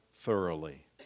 Thoroughly